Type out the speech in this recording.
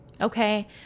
okay